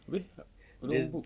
abeh dorang book